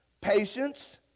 Patience